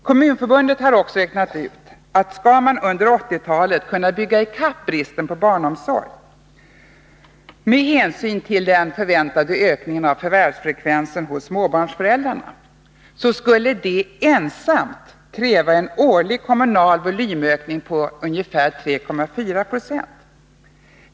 Kommunförbundet har räknat ut, att om man under 1980-talet skall kunna bygga i kapp bristen på barnomsorg, med hänsyn till den förväntade ökningen av förvärvsfrekvensen hos småbarnsföräldrar, skulle det ensamt kräva en årlig kommunal volymökning på ca 3,4 70.